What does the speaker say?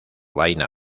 vaina